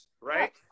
right